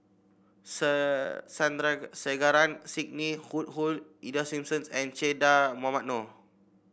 Sandrasegaran Sidney Woodhull Ida Simmons and Che Dah Mohamed Noor